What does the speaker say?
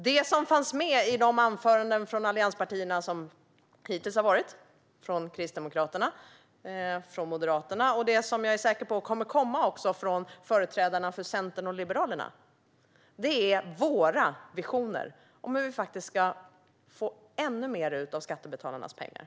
Det som fanns med i de anföranden från allianspartierna som hittills har hållits - från Kristdemokraterna och Moderaterna - och det jag är säker på kommer att finnas med hos företrädarna från Centern och Liberalerna är våra visioner om hur vi ska få ut ännu mer ur skattebetalarnas pengar.